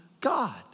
God